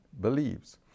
believes